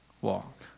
walk